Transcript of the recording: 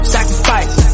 Sacrifice